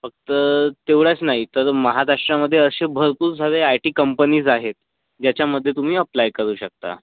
फक्त तेवढाच नाही तर महाराष्ट्रामध्ये असे भरपूर सारे आय टी कंपनीज आहेत ज्याच्यामध्ये तुम्ही अप्लाय करू शकता